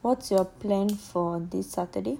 so what's your plan for this saturday